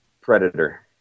Predator